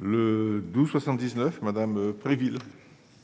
Le doux 79 Madame Préville.